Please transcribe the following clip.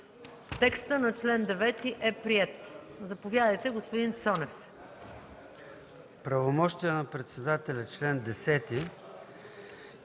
Текстът на чл. 9 е приет. Заповядайте, господин Цонев.